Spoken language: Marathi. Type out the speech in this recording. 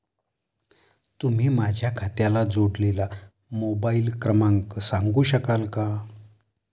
तुम्ही माझ्या खात्याला जोडलेला मोबाइल क्रमांक सांगू शकाल का?